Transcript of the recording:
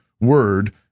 word